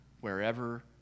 wherever